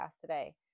today